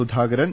Sudhakaran